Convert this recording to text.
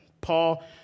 Paul